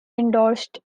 endorsed